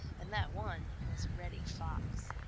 and that one was reddy fox.